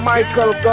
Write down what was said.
Michael